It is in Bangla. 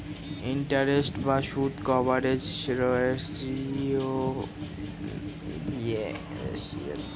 ইন্টারেস্ট বা সুদ কভারেজ রেশিও দিয়ে বোঝা যায় একটা কোম্পানি কিভাবে তার ধার শোধ করতে পারে